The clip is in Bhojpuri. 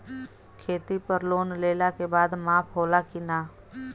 खेती पर लोन लेला के बाद माफ़ होला की ना?